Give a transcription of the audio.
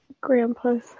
grandpas